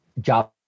job